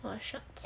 what shop